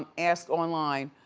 um asked online,